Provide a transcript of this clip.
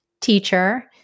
teacher